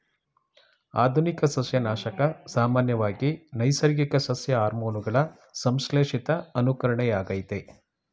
ಆಧುನಿಕ ಸಸ್ಯನಾಶಕ ಸಾಮಾನ್ಯವಾಗಿ ನೈಸರ್ಗಿಕ ಸಸ್ಯ ಹಾರ್ಮೋನುಗಳ ಸಂಶ್ಲೇಷಿತ ಅನುಕರಣೆಯಾಗಯ್ತೆ